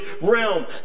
realm